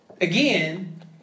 again